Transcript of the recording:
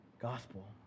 gospel